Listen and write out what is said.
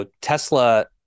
Tesla